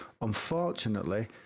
unfortunately